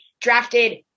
drafted